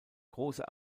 große